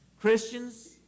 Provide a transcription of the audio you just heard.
Christians